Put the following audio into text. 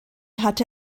hatte